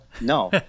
no